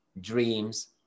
dreams